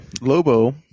Lobo